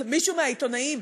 מישהו מהעיתונאים